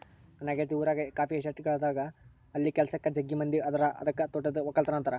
ನನ್ನ ಗೆಳತಿ ಊರಗ ಕಾಫಿ ಎಸ್ಟೇಟ್ಗಳಿದವ ಅಲ್ಲಿ ಕೆಲಸಕ್ಕ ಜಗ್ಗಿ ಮಂದಿ ಅದರ ಅದಕ್ಕ ತೋಟದ್ದು ವಕ್ಕಲತನ ಅಂತಾರ